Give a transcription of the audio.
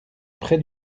près